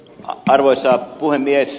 arvoisa puhemies